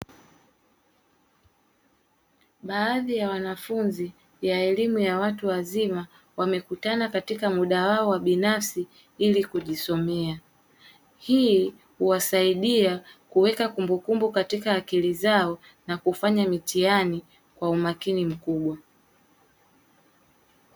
Baadhi ya wanafunzi ya elimu ya watu wazima wamekutana katika muda wao wa binafsi ili kujisomea, hii kuwasaidia kuweka kumbukumbu katika akili zao na kufanya mitihani kwa umakini mkubwa.